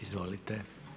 Izvolite.